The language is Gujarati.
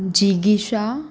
જિગીષા